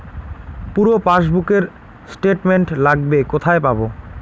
পুরো পাসবুকের স্টেটমেন্ট লাগবে কোথায় পাব?